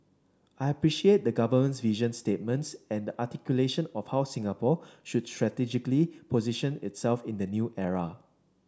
I appreciate the government's vision statements and the articulation of how Singapore should strategically position itself in the new era